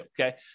okay